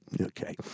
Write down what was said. Okay